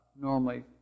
normally